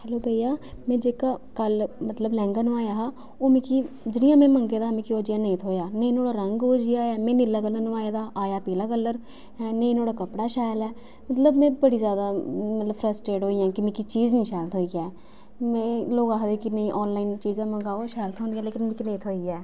hello में जेह्का कल्ल मतलब लैंह्गा नुआया हा ओह् मिकी जनेहा में मंगे दा हा मिगी ओह् जेहा नेईं थ्होएआ नेईं ओह्दा रंग ओह् जेहा ऐ मी नीला कलर नुआए दा हा आया पीला कलर नेईं नुहाड़ा कपड़ा शैल ऐ मतलब में बड़ी जैदा मतलब फ्रस्ट्रेट कि मिगी चीज नेईं शैल थ्होई ऐ में लोक आखदे कि मी आनलाइन चीजां मंगाओ शैल थ्होंदियां लेकिन मिकी नेईं थ्होई ऐ